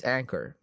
Anchor